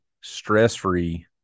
stress-free